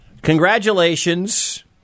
Congratulations